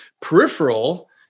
peripheral